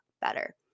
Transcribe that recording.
better